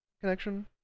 connection